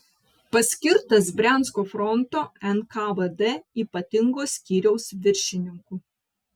paskirtas briansko fronto nkvd ypatingo skyriaus viršininku